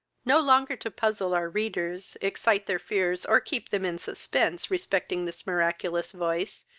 no longer to puzzle our readers, excite their fears, or keep them in suspense, respecting this miraculous voice,